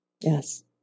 Yes